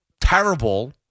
terrible